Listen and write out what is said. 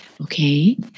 okay